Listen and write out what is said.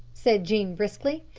said jean briskly.